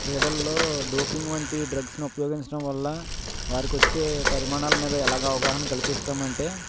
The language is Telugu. క్రీడల్లో డోపింగ్ వంటి డ్రగ్స్ని ఉపయోగించడం వల్ల వారికి వచ్చే పరిమాణాల మీద ఎలాగా అవగాహన కల్పిస్తాము అంటే